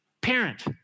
parent